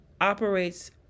operates